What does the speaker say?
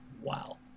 Wow